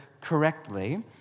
correctly